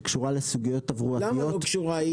שקשורה לסוגיות תברואתיות --- למה לא קשורה?